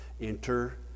Enter